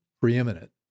preeminent